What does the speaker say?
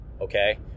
okay